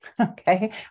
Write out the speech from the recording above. okay